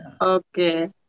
Okay